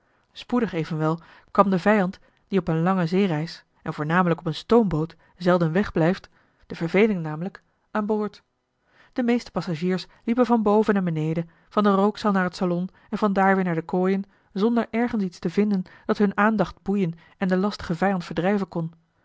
spoedig evenwel kwam de vijand die op eene lange zeereis en voornamelijk op eene stoomboot zelden wegblijft de verveling namelijk aan boord de meeste passagiers liepen van boven naar beneden van de rookzaal naar het salon en van daar weer naar de kooien zonder ergens iets te vinden dat hunne aandacht boeien en den lastigen eli heimans willem roda vijand verdrijven kon